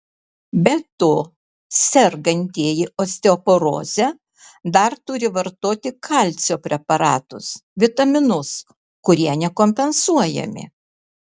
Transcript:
be to sergantieji osteoporoze dar turi vartoti kalcio preparatus vitaminus kurie nekompensuojami